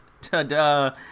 ta-da